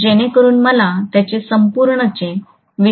जेणेकरून मला त्याचे संपूर्णचे विश्लेषण करणे सोपे होईल